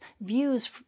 views